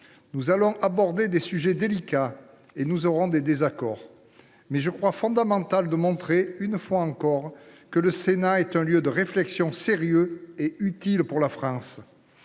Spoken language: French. Nous allons aborder des sujets délicats et nous aurons des désaccords. Toutefois, je crois fondamental de montrer, une fois encore, que le Sénat est un lieu de réflexion sérieux et utile pour la France.